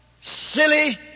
silly